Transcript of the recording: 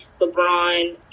lebron